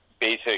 basic